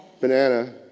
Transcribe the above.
Banana